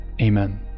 amen